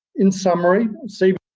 in summary so